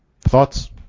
thoughts